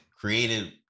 created